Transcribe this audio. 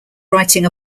writing